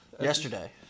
Yesterday